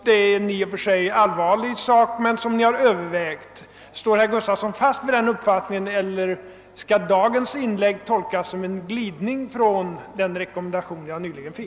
Det är i och för sig en allvarlig sak, som utredningen noga har övervägt. Står herr Gustavsson fast vid denna rekommendation, eller skall hans inlägg i dag tolkas så att han är på glid bort från den?